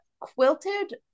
quilted